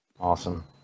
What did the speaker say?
Awesome